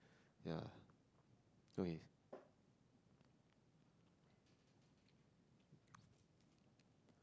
ya so he